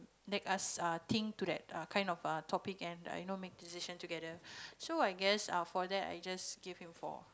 make us uh think to that uh kind of uh topic and I know make decision together so I guess uh for that I just give him four